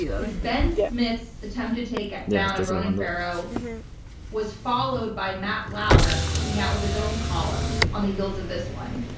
because ben smith's attempted takedown of ronan farrow was followed by matt lauer coming out with his own column on the heels of this one,